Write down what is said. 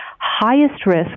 highest-risk